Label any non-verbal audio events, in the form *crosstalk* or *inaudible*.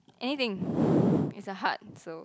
anything *breath* it's a hut so